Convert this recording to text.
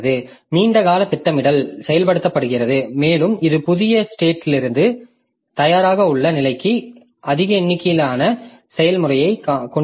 நீண்ட கால திட்டமிடல் செயல்படுத்தப்படுகிறது மேலும் இது புதிய ஸ்டேட்லிருந்து தயாராக உள்ள நிலைக்கு அதிக எண்ணிக்கையிலான செயல்முறைகளைக் கொண்டுவருகிறது